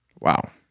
Wow